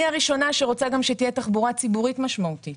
אני הראשונה שרוצה גם שתהיה תחבורה ציבורית משמעותית,